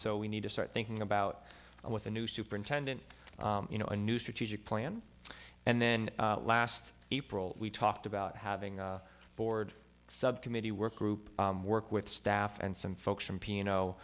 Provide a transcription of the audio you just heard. so we need to start thinking about what the new superintendent you know a new strategic plan and then last april we talked about having a board subcommittee work group work with staff and some folks from piano